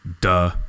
duh